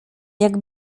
jak